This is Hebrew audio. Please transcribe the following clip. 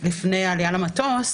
לפני העלייה למטוס,